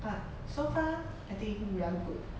but so far I think we are good